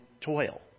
toil